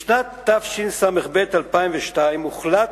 בשנת תשס"ב, 2002, הוחלט,